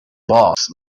boss